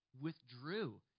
withdrew